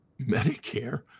Medicare